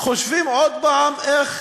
חושבים עוד פעם איך